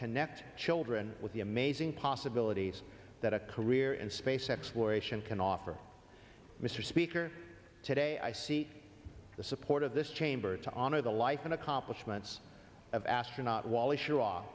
connect children with the amazing possibilities that a career in space exploration can offer mr speaker today i see the support of this chamber to honor the life and accomplishments of astronaut wally scha